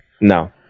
No